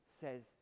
says